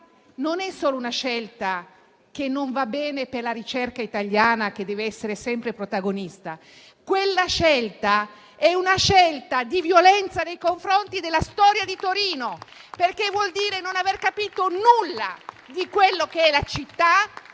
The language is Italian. non è solo una scelta che non va bene per la ricerca italiana, che deve essere sempre protagonista: è una scelta di violenza nei confronti della storia di Torino, perché vuol dire non aver capito nulla di quello che è la città